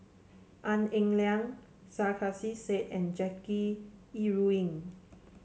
Tan Eng Liang Sarkasi Said and Jackie Yi Ru Ying